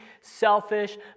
selfish